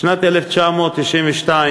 בשנת 1992,